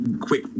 quick